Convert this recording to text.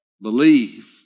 believe